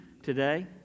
Today